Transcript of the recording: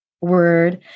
word